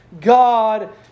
God